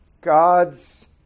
God's